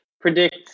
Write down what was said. predict